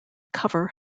cover